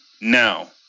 now